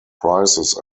prices